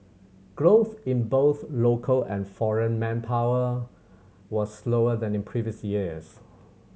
growth in both local and foreign manpower was slower than in previous years